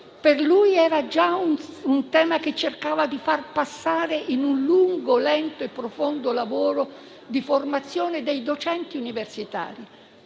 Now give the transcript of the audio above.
per lui era già un tema che cercava di far passare in un lungo, lento e profondo lavoro di formazione dei docenti universitari.